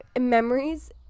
memories